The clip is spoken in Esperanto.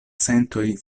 sentoj